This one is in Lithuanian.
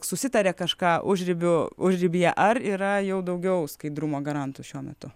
susitaria kažką užribiu užribyje ar yra jau daugiau skaidrumo garantų šiuo metu